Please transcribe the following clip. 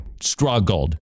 struggled